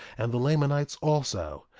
and the lamanites also.